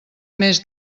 més